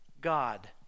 God